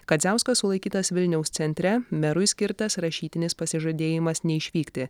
kadziauskas sulaikytas vilniaus centre merui skirtas rašytinis pasižadėjimas neišvykti